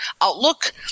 Outlook